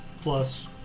plus